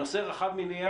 הנושא רחב ממילא.